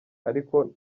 ariko